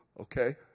Okay